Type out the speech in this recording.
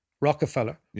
Rockefeller